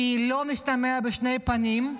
היא לא משתמעת לשתי פנים.